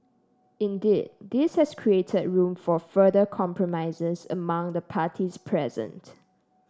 indeed this has created room for further compromises among the parties present